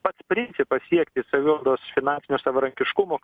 pats principas siekti savivaldos finansinio savarankiškumo